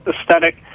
aesthetic